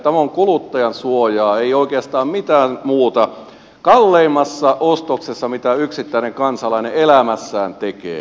tämä on kuluttajansuojaa ei oikeastaan mitään muuta kalleimmassa ostoksessa mitä yksittäinen kansalainen elämässään tekee